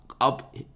up